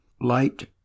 Light